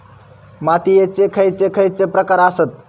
मातीयेचे खैचे खैचे प्रकार आसत?